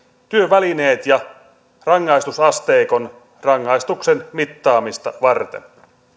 työvälineet ja rangaistusasteikon rangaistuksen mittaamista varten